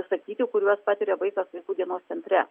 sakyti kuriuos patiria vaikas vaikų dienos centre